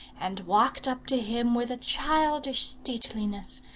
and walked up to him with a childish stateliness,